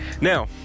Now